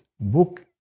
book